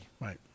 Right